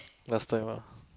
last time what